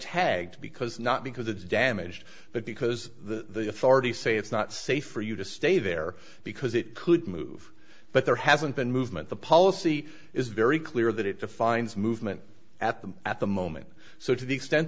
tagged because not because it's damaged but because the authorities say it's not safe for you to stay there because it could move but there hasn't been movement the policy is very clear that it defines movement at the at the moment so to the extent